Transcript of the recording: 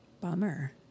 Bummer